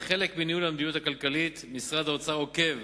כחלק מניהול המדיניות הכלכלית משרד האוצר עוקב